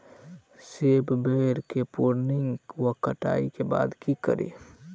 सेब बेर केँ प्रूनिंग वा कटाई केँ बाद की करि?